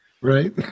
Right